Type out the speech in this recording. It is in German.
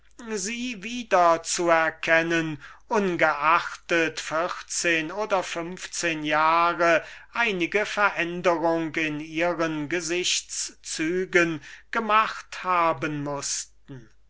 sie wieder zu erkennen ungeachtet vierzehn oder fünfzehn jahre einige veränderung in ihren gesichts zügen gemacht haben mußten